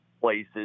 places